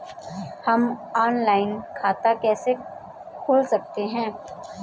हम ऑनलाइन खाता कैसे खोल सकते हैं?